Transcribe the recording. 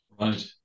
Right